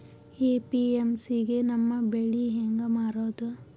APMC ಗೆ ನಮ್ಮ ಬೆಳಿ ಹೆಂಗ ಮಾರೊದ?